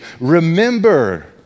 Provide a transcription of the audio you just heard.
Remember